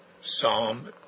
Psalm